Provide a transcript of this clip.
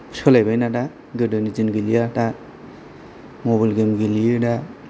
सोलायबायना दा गोदोनि दिन गैलिया मबाइल गेम गेलेयो दा